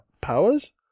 powers